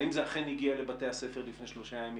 האם זה אכן הגיע לבתי הספר לפני שלושה ימים,